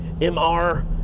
MR